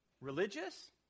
Religious